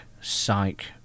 psych